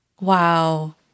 Wow